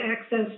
access